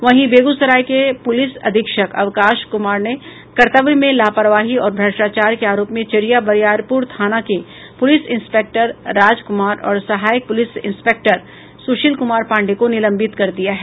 वहीं बेगूसराय के पुलिस अधीक्षक अवकाश कुमार ने कर्तव्य में लापरवाही और भ्रष्टाचार के आरोप में चेरिया बरियारपुर थाना के पुलिस इंस्पेक्टर राजकुमार और सहायक पुलिस इंस्पेक्टर सुशील कुमार पांडेय को निलंबित कर दिया है